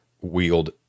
wield